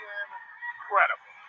incredible